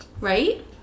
right